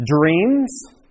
dreams